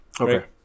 Okay